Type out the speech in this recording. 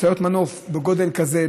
משאיות מנוף בגודל כזה,